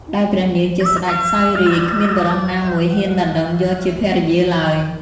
ដោយព្រះនាងជាសេ្តចសោយរាជ្យ គ្មានបុរសណាមួយហ៊ានដណ្តឹងយកជាភរិយាឡើយ។